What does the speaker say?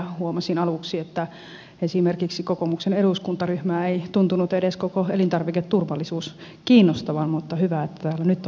huomasin aluksi että esimerkiksi kokoomuksen eduskuntaryhmää ei tuntunut edes koko elintarviketurvallisuus kiinnostavan mutta hyvä että täällä nyt on paikalla väkeä